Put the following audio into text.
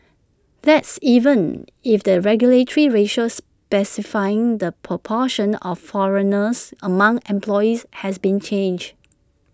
that's even if the regulatory ratio specifying the proportion of foreigners among employees has been changed